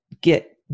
get